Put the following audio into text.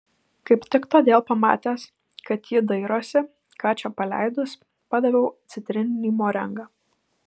kaip tik todėl pamatęs kad ji dairosi ką čia paleidus padaviau citrininį morengą